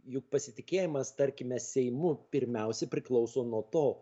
juk pasitikėjimas tarkime seimu pirmiausia priklauso nuo to